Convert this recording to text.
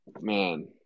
Man